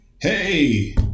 hey